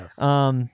Yes